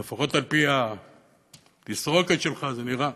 לפחות על-פי התסרוקת שלך זה נראה.